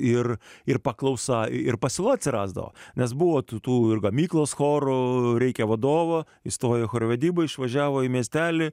ir ir paklausa ir pasiūla atsirasdavo nes buvo tų tų ir gamyklos chorų reikia vadovo įstojo chorvedyba išvažiavo į miestelį